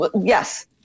Yes